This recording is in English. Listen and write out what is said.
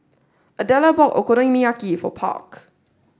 Adela bought Okonomiyaki for Park